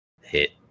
hit